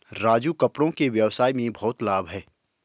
राजू कपड़ों के व्यवसाय में बहुत लाभ है